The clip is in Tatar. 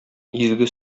изге